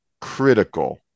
critical